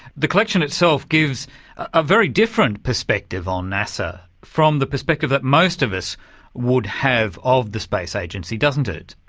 the collection itself gives a very different perspective on nasa from the perspective that most of us would have of the space agency, doesn't it.